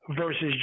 versus